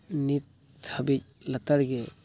ᱱᱤᱛ ᱦᱟᱹᱵᱤᱡ ᱞᱮᱛᱟᱲᱜᱮ